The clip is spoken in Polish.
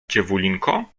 dziewulinko